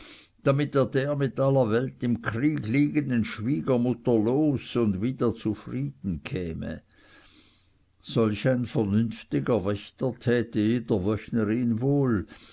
damit er der mit aller welt im kriege liegenden schwiegermutter los und wieder zu frieden käme solch ein vernünftiger wächter täte jeder wöchnerin wohl